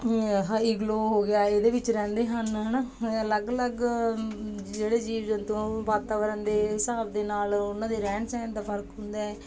high ਗਲੋ ਹੋ ਗਿਆ ਇਹਦੇ ਵਿੱਚ ਰਹਿੰਦੇ ਹਨ ਹੈ ਨਾ ਅਲੱਗ ਅਲੱਗ ਜਿਹੜੇ ਜੀਵ ਜੰਤੂ ਉਹ ਵਾਤਾਵਰਨ ਦੇ ਹਿਸਾਬ ਦੇ ਨਾਲ ਉਹਨਾਂ ਦੇ ਰਹਿਣ ਸਹਿਣ ਦਾ ਫਰਕ ਹੁੰਦਾ ਹੈ